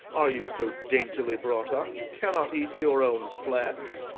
are you so daintily brought up, you cannot eat your own flesh?